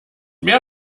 mehr